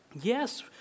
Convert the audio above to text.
Yes